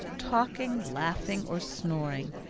talking, laughing, or snoring,